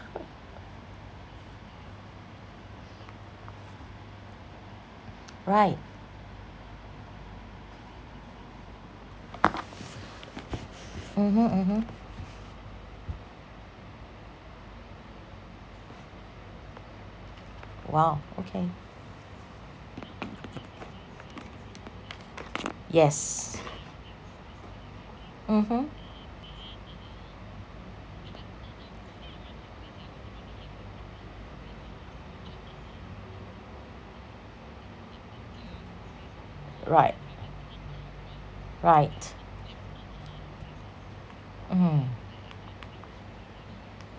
right mmhmm mmhmm !wow! okay yes mmhmm right right mmhmm